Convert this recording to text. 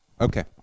Okay